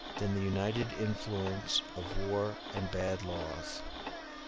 than the united influence of war and bad laws.